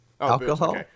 alcohol